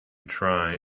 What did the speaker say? try